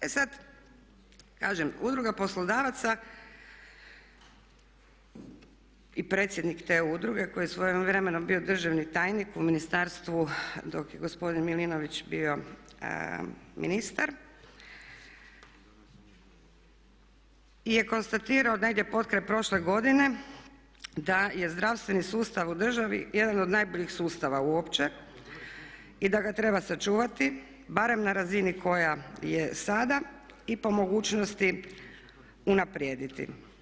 E sad, kažem Udruga poslodavaca i predsjednik te udruge koji je svojevremeno bio državni tajnik u ministarstvu dok je gospodin Milinović bio ministar je konstatirao negdje potkraj prošle godine da je zdravstveni sustav u državi jedan od najboljih sustava uopće i da ga treba sačuvati barem na razini koja je sada i po mogućnosti unaprijediti.